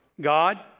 God